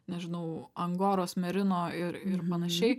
nežinau angoros merino ir ir panašiai